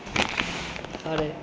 होर